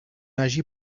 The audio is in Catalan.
hagi